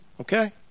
Okay